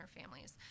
families